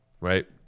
right